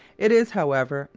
it is, however,